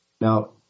Now